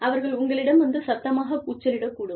அவர்கள் உங்களிடம் வந்து சத்தமாகக் கூச்சலிடக் கூடும்